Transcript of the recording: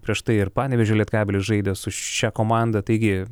prieš tai ir panevėžio lietkabelis žaidė su šia komanda taigi